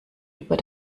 über